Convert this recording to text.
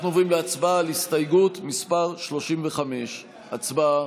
אנחנו עוברים להצבעה על הסתייגות מס' 35. הצבעה.